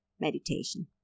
meditation